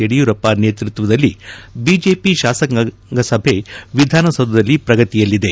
ಯಡಿಯೂರಪ್ಪ ನೇತೃತ್ವದಲ್ಲಿ ಬಿಜೆಪಿ ಶಾಸಕಾಂಗ ಸಭೆ ವಿಧಾನಸೌಧದಲ್ಲಿ ಪ್ರಗತಿಯಲ್ಲಿದೆ